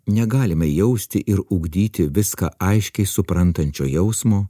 negalime jausti ir ugdyti viską aiškiai suprantančio jausmo